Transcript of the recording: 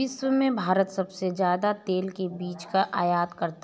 विश्व में भारत सबसे ज्यादा तेल के बीज का आयत करता है